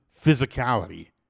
physicality